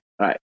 right